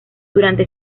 durante